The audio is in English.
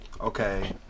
okay